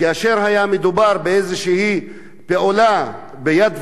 כאשר היה מדובר באיזושהי פעולה ב"יד ושם",